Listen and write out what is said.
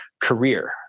career